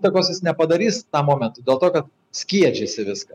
įtakos jis nepadarys tam momentui dėl to kad sviedžiasi viską